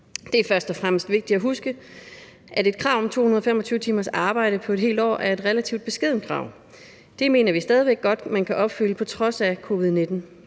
Det er først og fremmest vigtigt at huske, at et krav om 225 timers arbejde på et helt år er et relativt beskedent krav. Det mener vi stadig væk godt at man kan opfylde på trods af covid-19.